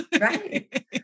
Right